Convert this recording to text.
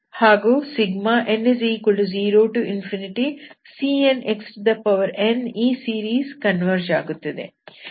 ಹಾಗೂ n0cnxn ಈ series converge ಆಗುತ್ತದೆ